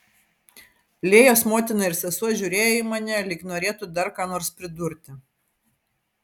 lėjos motina ir sesuo žiūrėjo į mane lyg norėtų dar ką nors pridurti